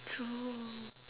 true